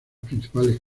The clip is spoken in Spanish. principales